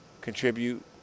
Contribute